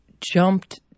jumped